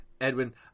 Edwin